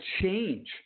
change